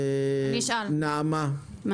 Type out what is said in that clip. נעמה, בבקשה.